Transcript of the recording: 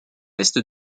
est